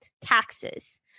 taxes